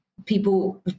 people